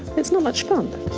it's not much fun.